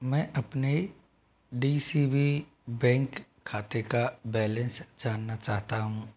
मैं अपने D C B bank खाते का बैलेंस जानना चाहता हूँ